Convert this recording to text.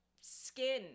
skin